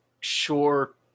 sure